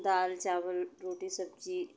दाल चावल रोटी सब्जी